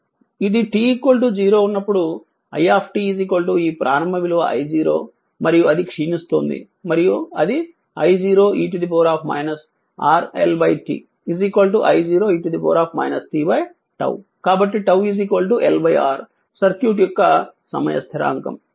ఇది t 0 ఉన్నప్పుడు i ఈ ప్రారంభ విలువ I0 మరియు అది క్షీణిస్తోంది మరియు అది I0 e R t L I0 e t 𝝉 కాబట్టి 𝝉 LR సర్క్యూట్ యొక్క సమయ స్థిరాంకం